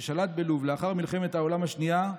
ששלט בלוב לאחר מלחמת העולם השנייה,